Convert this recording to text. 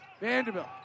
Vanderbilt